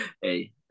Hey